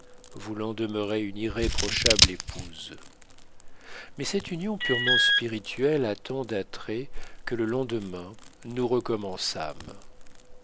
voulant demeurer une irréprochable épouse mais cette union purement spirituelle a tant d'attraits que le lendemain nous recommençâmes